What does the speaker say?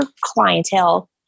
clientele